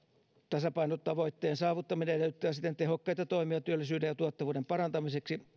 tasapainotavoitteen saavuttaminen edellyttää siten tehokkaita toimia työllisyyden ja tuottavuuden parantamiseksi